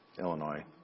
Illinois